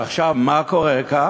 עכשיו, מה קורה כאן?